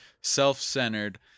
self-centered